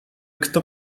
kto